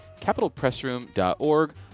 capitalpressroom.org